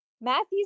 Matthew's